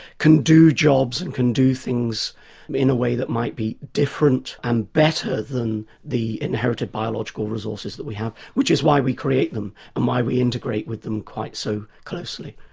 can do jobs, and can do things in a way that might be different and better than the inherited biological resources that we have. which is why we create them and why we integrate with them quite so closely.